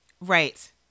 Right